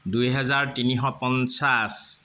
দুই হাজাৰ তিনিশ পঞ্চাছ